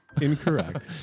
incorrect